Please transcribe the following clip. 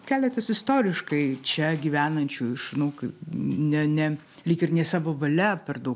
keletas istoriškai čia gyvenančių iš nu kaip ne ne lyg ir ne savo valia per daug